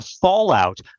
fallout